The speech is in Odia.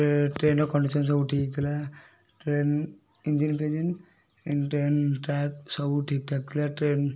ଟ୍ରେନ୍ର କଣ୍ଡିସନ୍ ସବୁ ଠିକ୍ ଥିଲା ଟ୍ରେନ୍ ଇଞ୍ଜିନ୍ଫିଞ୍ଜିନ୍ ଟ୍ରେନ୍ ଟ୍ରାକ୍ ସବୁ ଠିକ୍ଠାକ୍ ଥିଲା ଟ୍ରେନ୍